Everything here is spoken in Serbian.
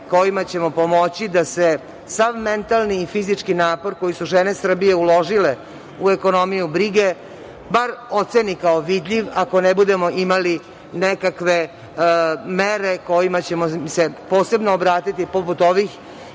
kojima ćemo pomoći da se sav mentalni i fizički napor koji su žene Srbije uložile u ekonomiju brige bar oceni kao vidljiv, ako ne budemo imali nekakve mere kojima ćemo se posebno obratiti poput ovih